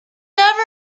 never